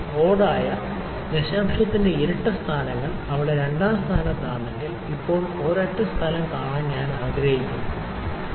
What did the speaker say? odd ആയ ദശാംശത്തിന്റെ ഇരട്ട സ്ഥാനങ്ങൾ അവിടെ രണ്ടാം സ്ഥാനത്താണെങ്കിൽ ഇപ്പോൾ ഒരൊറ്റ സ്ഥലം കാണാൻ ഞാൻ ആഗ്രഹിക്കുന്നു ഓഡ് ആയ സ്ഥാനങ്ങളുംഅവിടെയുണ്ട്